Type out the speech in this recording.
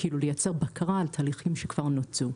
לייצר בקרה על תהליכים שכבר נוצרו.